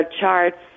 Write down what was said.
charts